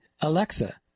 Alexa